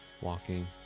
Walking